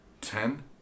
Ten